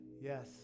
Yes